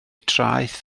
traeth